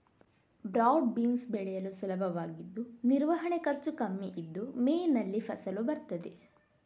broad beans ಬೆಳೆಯಲು ಸುಲಭವಾಗಿದ್ದು ನಿರ್ವಹಣೆ ಖರ್ಚು ಕಮ್ಮಿ ಇದ್ದು ಮೇನಲ್ಲಿ ಫಸಲು ಬರ್ತದೆ